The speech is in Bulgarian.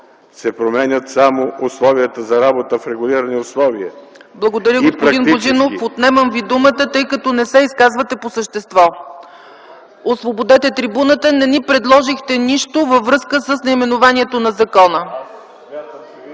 се променят само условията за работа в регулирани условия… ПРЕДСЕДАТЕЛ ЦЕЦКА ЦАЧЕВА: Благодаря, господин Божинов. Отнемам Ви думата, тъй като не се изказвате по същество. Освободете трибуната! Не ни предложихте нищо във връзка с наименованието на закона.